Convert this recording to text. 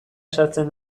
ezartzen